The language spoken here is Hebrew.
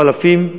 או אלפים,